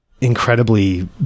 incredibly